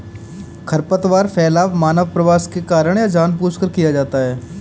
खरपतवार फैलाव मानव प्रवास के कारण या जानबूझकर किया जाता हैं